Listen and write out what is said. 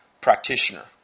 practitioner